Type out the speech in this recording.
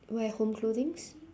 wear home clothings